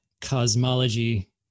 cosmology